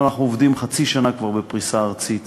אנחנו עובדים כבר חצי שנה בפריסה ארצית